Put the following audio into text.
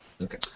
Okay